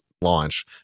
launch